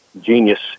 genius